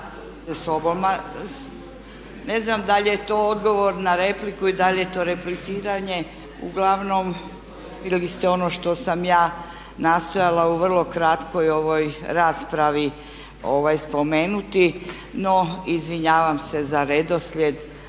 Sobol. Ne znam da li je to odgovor na repliku i da li je to repliciranje. Uglavnom, vidjeli ste ono što sam ja nastojala u vrlo kratkoj raspravi spomenuti. No izvinjavam se za redoslijed.